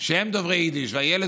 שהם דוברי יידיש והילד,